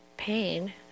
pain